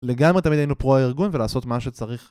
לגמרי תמיד היינו פרו הארגון ולעשות מה שצריך